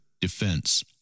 defense